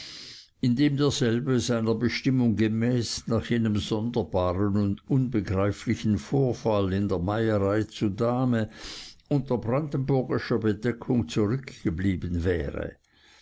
indem derselbe seiner bestimmung gemäß nach jenem sonderbaren und unbegreiflichen vorfall in der meierei zu dahme unter brandenburgischer bedeckung zurückgeblieben wäre